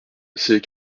ses